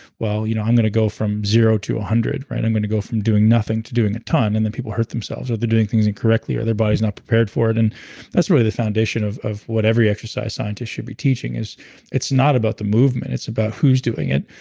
well, you know i'm going to go from zero to one hundred. i'm going to go from doing nothing to doing a ton, and then people hurt themselves, or they're doing things incorrectly, or their body's not prepared for it. and that's really the foundation of of what every exercise scientist should be teaching is it's not about the movement. it's about who's doing it,